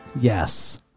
Yes